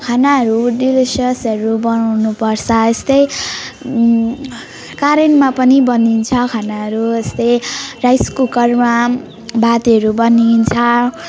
खानाहरू डेलिसियसहरू बनाउनुपर्छ यस्तै करेन्टमा पनि बनिन्छ खानाहरू यस्तै राइस कुकरमा भातहरू बनिन्छ